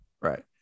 Right